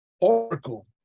Oracle